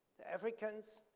the africans,